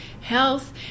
health